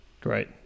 Great